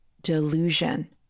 delusion